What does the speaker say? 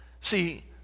see